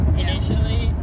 initially